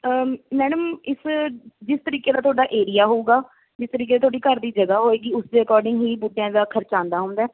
madam ਇਸ ਜਿਸ ਤਰੀਕੇ ਦਾ ਤੁਹਾਡਾ ਏਰੀਆ ਹੋਊਗਾ ਜਿਸ ਤਰੀਕੇ ਤੁਹਾਡੀ ਘਰ ਦੀ ਜਗ੍ਹਾ ਹੋਏਗੀ ਉਸ ਦੇ ਅਕੋਰਡਿੰਗ ਹੀ ਬੂਟਿਆਂ ਦਾ ਖਰਚਾ ਆਉਂਦਾ ਹੁੰਦਾ